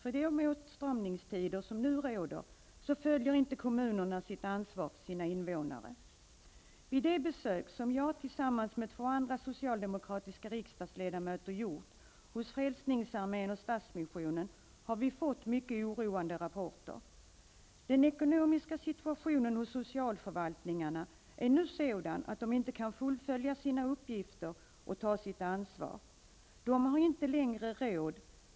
I det åtstramningsläge som nu råder tar inte kommunerna sitt ansvar för sina invånare. Vid det besök jag tillsammans med två andra socialdemokratiska riksdagsledamöter har gjort hos Frälsningsarmén och Stadsmissionen har vi fått mycket oroande rapporter. Socialförvaltningarnas ekonomiska situation är nu sådan att de inte kan fullfölja sina uppgifter och ta sitt ansvar.